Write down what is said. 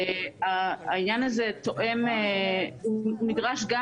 העניין הזה נדרש,